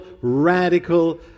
radical